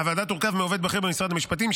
הוועדה תורכב מעובד בכיר במשרד המשפטים,